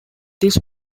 this